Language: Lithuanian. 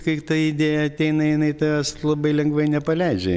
kai ta idėja ateina jinai tavęs labai lengvai nepaleidžia